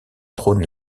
trône